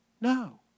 No